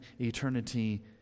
eternity